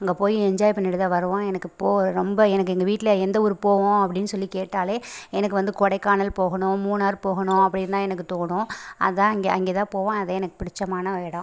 அங்கே போய் என்ஜாய் பண்ணிவிட்டு தான் வருவோம் எனக்கு போ ரொம்ப எனக்கு எங்கள் வீட்டில் எந்த ஊர் போவோம் அப்படின் சொல்லி கேட்டால் எனக்கு வந்து கொடைக்கானல் போகணும் மூணாறு போகணும் அப்படின்தான் எனக்கு தோணும் அதுதான் அங்கே அங்கே தான் போவோம் அதே எனக்கு பிடித்தமான ஒரு இடம்